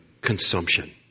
consumption